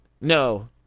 No